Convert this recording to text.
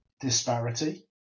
disparity